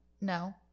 No